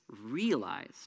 realized